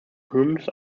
hymns